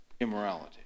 immorality